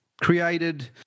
created